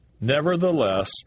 Nevertheless